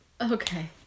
Okay